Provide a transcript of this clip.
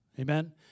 Amen